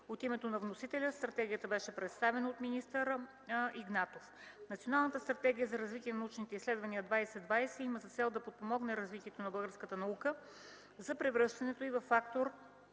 От името на вносителя стратегията беше представена от министър Игнатов. Националната стратегия за развитие на научните изследвания 2020 има за цел да подпомогне развитието на българската наука за превръщането й във фактор